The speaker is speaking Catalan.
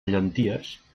llenties